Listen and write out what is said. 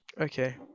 Okay